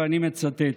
ואני מצטט: